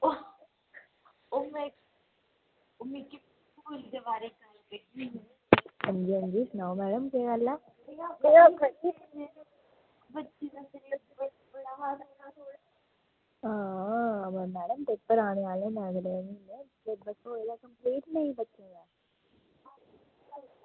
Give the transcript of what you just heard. हां जी हां जी सनाओ मैडम केह् गल्ल ऐ हां अवा मैडम पेपर आने आह्ले अगले म्हीने सलेबस होएआ कम्पलीट नेईं बच्चें दा